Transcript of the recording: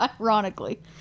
Ironically